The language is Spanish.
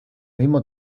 mismo